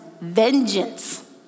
vengeance